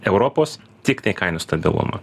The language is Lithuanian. europos tiktai kainų stabilumą